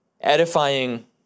Edifying